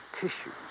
tissues